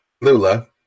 Lula